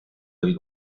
del